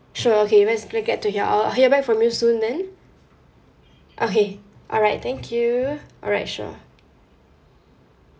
sure okay glad to hear I'll hear back from you soon then okay alright thank you alright sure